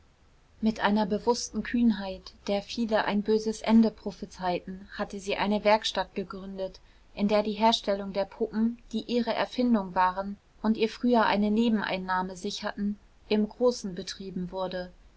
mit einer bewußten kühnheit der viele ein böses ende prophezeiten hatte sie eine werkstatt gegründet in der die herstellung der puppen die ihre erfindung waren und ihr früher eine nebeneinnahme sicherten im großen betrieben wurde